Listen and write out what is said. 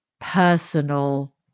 personal